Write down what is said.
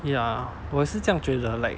ya 我也是这样觉得 like